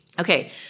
Okay